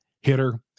hitter